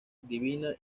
divina